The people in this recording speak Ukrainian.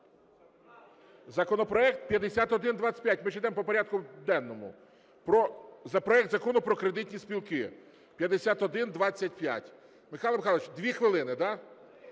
Законопроект 5125, ми ж ідемо по порядку денному – проект Закону про кредитні спілки (5125). Михайло Михайлович, дві хвилини – да?